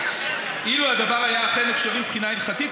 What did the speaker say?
אילו הדבר היה אכן אפשרי מבחינה הלכתית,